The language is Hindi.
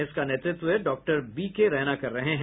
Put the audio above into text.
इसका नेतृत्व डॉक्टर बीके रैना कर रहे हैं